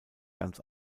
ganz